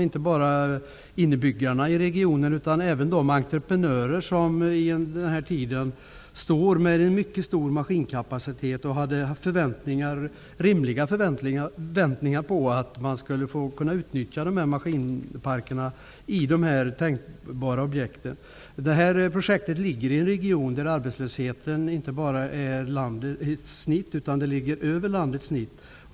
Inte bara innebyggarna i regionen utan även entreprenörer med mycket stor maskinkapacitet som har haft rimliga förväntningar på att få utnyttja maskinparkerna i projekten är mycket besvikna. Projektet skall genomföras i en region där arbetslösheten inte bara är genomsnittlig utan ligger över landets snitt.